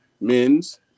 men's